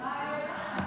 אדוני היושב-ראש,